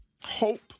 hope